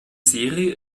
serie